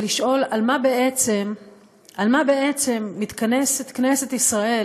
ולשאול: על מה בעצם מתכנסת כנסת ישראל